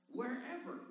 wherever